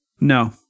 No